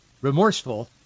remorseful